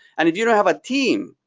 and if you don't have a team.